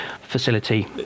facility